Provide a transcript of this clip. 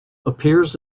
appears